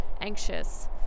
anxious